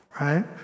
right